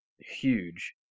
huge